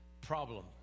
problem